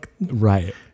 Right